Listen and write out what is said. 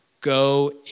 go